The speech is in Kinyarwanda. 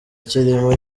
kirimo